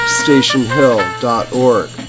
stationhill.org